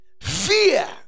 fear